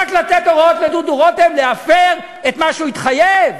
רק לתת הוראות לדודו רותם להפר את מה שהוא התחייב?